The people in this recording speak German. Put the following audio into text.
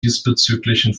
diesbezüglichen